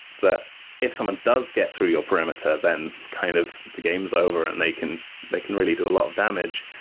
that if someone does get through your perimeter, then kind of the game is over and they can they can really do a lot of damage.